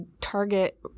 target